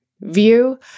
view